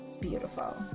beautiful